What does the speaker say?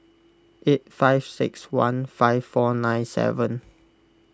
eight five six one five four nine seven